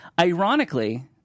Ironically